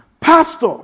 pastor